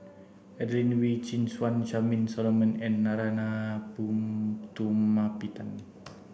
Adelene Wee Chin Suan Charmaine Solomon and Narana Putumaippittan